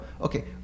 okay